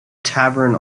tavern